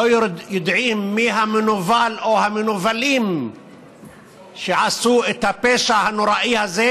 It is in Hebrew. לא יודעים מי המנוול או המנוולים שעשו את הפשע הנוראי הזה,